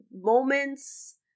moments